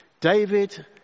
David